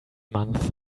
month